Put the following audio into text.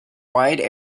wide